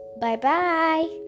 Bye-bye